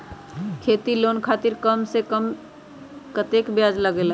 खेती लोन खातीर कम से कम कतेक ब्याज लगेला?